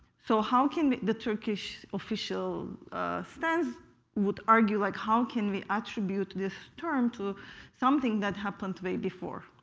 so how can the turkish official stance would argue like how can we attribute this term to something that happened to way before